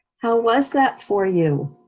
how was that for you?